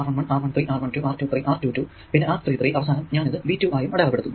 ഞാൻ ഇവിടെ V1 പിന്നെ R11 R13 R12 R23 R22 പിന്നെ R33 അവസാനം ഇത് ഞാൻ V2 ആയും അടയാളപ്പെടുത്തുന്നു